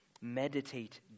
Meditate